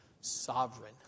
sovereign